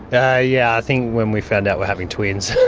i yeah think when we found out we're having twins.